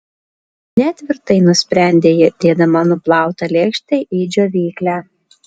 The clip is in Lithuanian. ne tvirtai nusprendė ji dėdama nuplautą lėkštę į džiovyklę